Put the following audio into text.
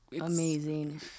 amazing